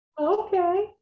Okay